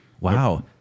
Wow